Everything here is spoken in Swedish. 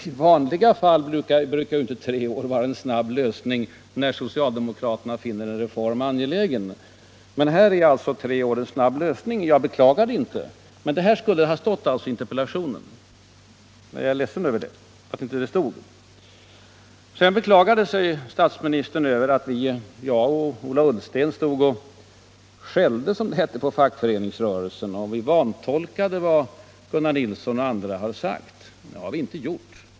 I vanliga fall brukar ju inte tre år betyda en snabb lösning när socialdemokraterna finner en reform angelägen, men här är alltså tre år en snabb lösning, och jag beklagar det inte. Men det här skulle alltså ha stått i interpellationen. Jag är ledsen över att det inte gjorde det. Sedan beklagade sig statsministern över att jag och Ola Ullsten stod och skällde — som det hette — på fackföreningsrörelsen och vantolkade vad Gunnar Nilsson och andra har sagt. Det har vi inte gjort.